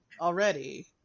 already